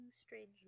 strange